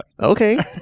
Okay